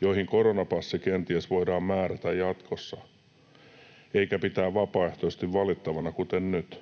joihin koronapassi kenties voidaan määrätä jatkossa, eikä pitää vapaaehtoisesti valittavana, kuten nyt?